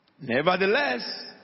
Nevertheless